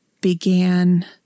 began